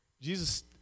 Jesus